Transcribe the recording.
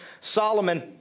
Solomon